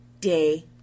day